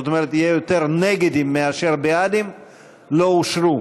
זאת אומרת יהיה יותר "נגד" מאשר "בעד" לא יאושרו,